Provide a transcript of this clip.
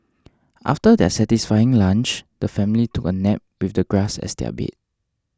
after their satisfying lunch the family took a nap with the grass as their bed